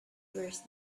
worse